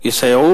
יסייעו